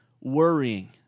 worrying